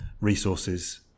resources